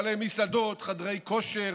בעלי מסעדות, חדרי כושר,